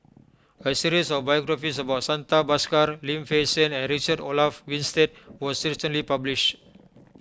a series of biographies about Santha Bhaskar Lim Fei Shen and Richard Olaf Winstedt was recently published